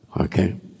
Okay